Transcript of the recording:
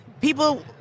people